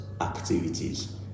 activities